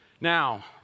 Now